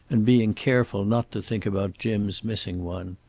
and being careful not to think about jim's missing one.